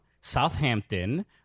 Southampton